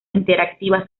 interactiva